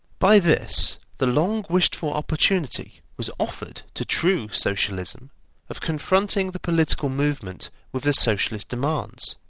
by this, the long wished-for opportunity was offered to true socialism of confronting the political movement with the socialist demands,